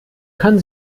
kann